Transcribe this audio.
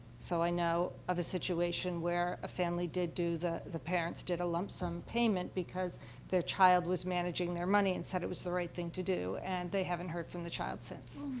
so, i know of a situation where a family did do the the parents did a lump-sum payment, because their child was managing their money and said it was the right thing to do, and they haven't heard from the child since.